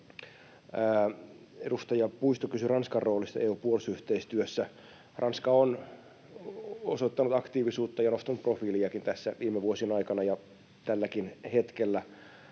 Edustaja Puisto kysyi Ranskan roolista EU:n puolustusyhteistyössä. Ranska on osoittanut aktiivisuutta ja nostanut profiiliakin tässä viime vuosien aikana ja tälläkin hetkellä.